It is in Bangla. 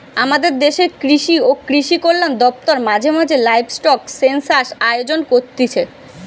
আমদের দেশের কৃষি ও কৃষিকল্যান দপ্তর মাঝে মাঝে লাইভস্টক সেনসাস আয়োজন করতিছে